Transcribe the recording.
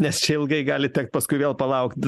nes čia ilgai gali tekt paskui vėl palaukt